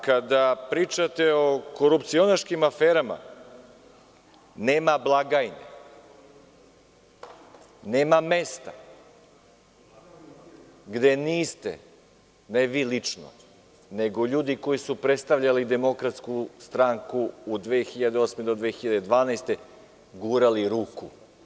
Kada pričate o korupcionaškim aferama, nema blagajne, nema mesta, gde niste, ne vi lično, nego ljudi koji su predstavljali DS od 2008. do 2012. godine, gurali ruku.